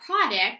product